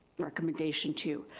recommendation to you.